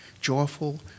joyful